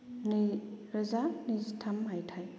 नैरोजा नैजिथाम मायथाइ